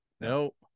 Nope